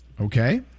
Okay